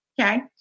Okay